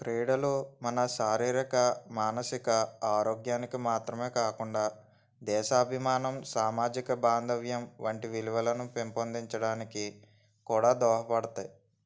క్రీడలు మన శారీరక మానసిక ఆరోగ్యానికి మాత్రమే కాకుండా దేశాభిమానం సామాజిక బాంధవ్యం వంటి విలువలను పెంపొందించడానికి కూడా దోహద పడతాయి